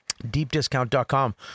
DeepDiscount.com